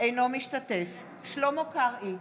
אינו משתתף בהצבעה שלמה קרעי,